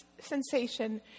sensation